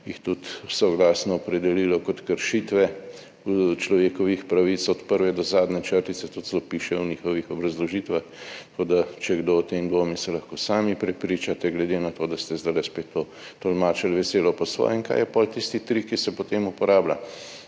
jih tudi soglasno opredelilo kot kršitve človekovih pravic od prve do zadnje črtice, piše celo v njihovih obrazložitvah, tako da če kdo o tem dvomi, se lahko sami prepričate, glede na to, da ste zdaj to spet veselo tolmačili po svoje. In kaj je potem tisti trik, ki se uporablja?